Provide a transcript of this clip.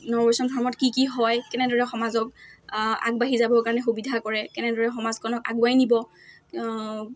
নৱ বৈষ্ণৱ ধৰ্মত কি কি হয় কেনেদৰে সমাজক আগবাঢ়ি যাবৰ কাৰণে সুবিধা কৰে কেনেদৰে সমাজখনক আগুৱাই নিব